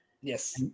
Yes